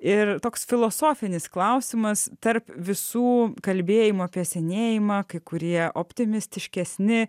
ir toks filosofinis klausimas tarp visų kalbėjimo apie senėjimą kai kurie optimistiškesni